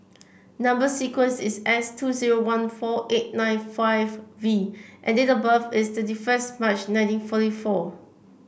number sequence is S two zero one four eight nine five V and date of birth is thirty first March nineteen forty four